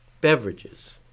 beverages